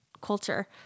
culture